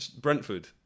Brentford